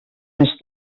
més